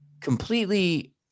completely